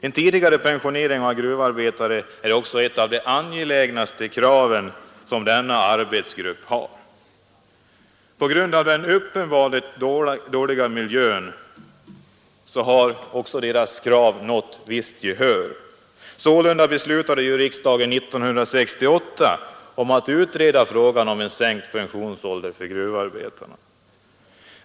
En tidigare pensionering är ett av de angelägnaste kraven som denna arbetargrupp har. På grund av den klart dåliga miljön har också gruvarbetarnas krav nått visst gehör. Sålunda beslutade riksdagen 1968 att utreda frågan om en sänkt pensionsålder för gruvarbetare.